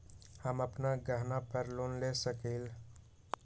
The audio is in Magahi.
हम अपन गहना पर लोन ले सकील?